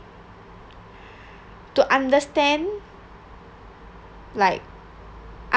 to understand like